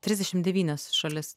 trisdešim devynias šalis